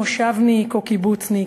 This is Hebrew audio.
מושבניק או קיבוצניק,